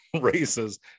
races